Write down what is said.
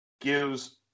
gives